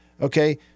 Okay